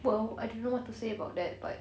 well I don't know what to say about that but